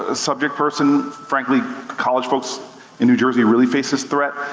ah subject person, frankly college folks in new jersey really face this threat,